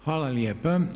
Hvala lijepa.